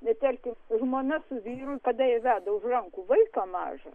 tarkim žmona su vyru kada jie veda už rankų vaiką mažą